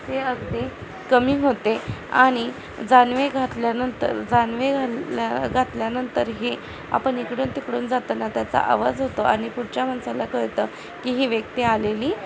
हे अगदी कमी होते आणि जानवे घातल्यानंतर जानवे घालल्या घातल्यानंतर हे आपण इकडून तिकडून जाताना त्याचा आवाज होतो आणि पुढच्या माणसाला कळतं की ही व्यक्ती आलेली